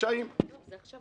שאלה